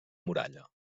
muralla